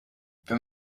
wenn